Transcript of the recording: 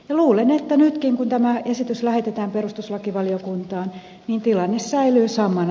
luulen että nytkin kun tämä esitys lähetetään perustuslakivaliokuntaan tilanne säilyy samana